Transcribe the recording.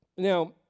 Now